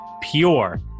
Pure